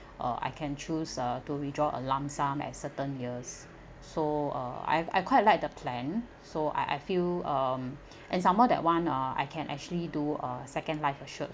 uh I can choose uh to withdraw a lump sum at certain years so uh I I quite like the plan so I I feel um and some more that one ah I can actually do a second life assured